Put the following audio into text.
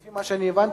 לפי מה שאני הבנתי.